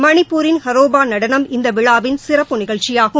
மணிப்பூரின் ஹரோபா நடனம் இந்த விழாவின் சிறப்பு நிகழ்ச்சியாகும்